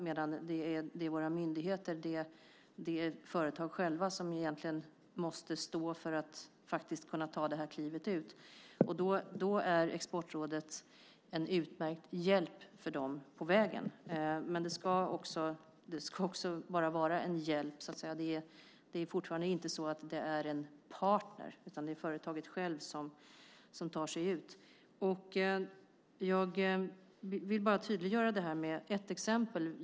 Det är våra myndigheter, och det är företagen själva som egentligen måste stå för att faktiskt kunna ta det här klivet ut. Då är Exportrådet en utmärkt hjälp för dem på vägen. Men det ska också bara vara en hjälp, så att säga. Det är fortfarande inte så att det är en partner, utan det är företaget självt som tar sig ut. Jag vill bara tydliggöra det här med ett exempel.